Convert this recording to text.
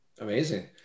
amazing